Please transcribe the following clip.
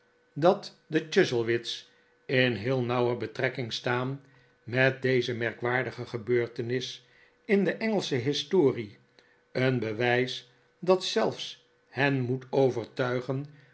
dat de chuzzlewit's in heel nauwe betrekking staan met deze merkwaardige gebeurtenis in de engelsche historie een bewijs dat zelfs hen moet overtuigen